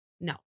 No